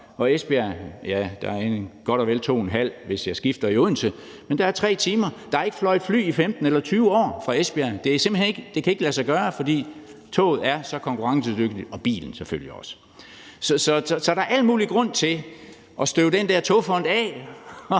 og Esbjerg – der er godt og vel 2½, hvis jeg skifter i Odense – og der har ikke fløjet fly i 15 eller 20 år fra Esbjerg. Det kan simpelt hen ikke lade sig gøre, fordi toget er så konkurrencedygtigt, og bilen selvfølgelig også. Så der er al mulig grund til at støve den der togfond af